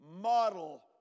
Model